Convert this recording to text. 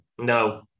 no